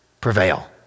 prevail